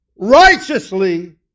righteously